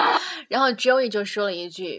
然后Joey就说了一句